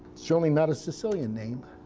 certainly not a sicilian name.